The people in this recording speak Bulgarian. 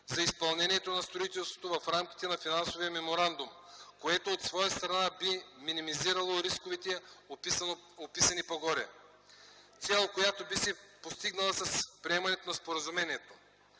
за изпълнението на строителството в рамките на финансовия меморандум, което от своя страна би минимизирало рисковете, описани по-горе. Цел, която би се постигнала с приемането на споразумението: